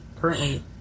currently